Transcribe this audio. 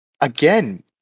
Again